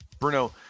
Bruno